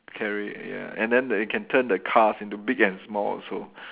carry ya and then the it can turn the cars into big and small also